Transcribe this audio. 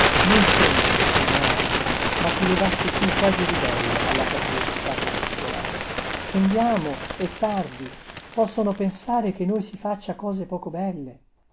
non sembra di sognare ma ti levasti su quasi ribelle alla perplessità crepuscolare scendiamo è tardi possono pensare che noi si faccia cose poco belle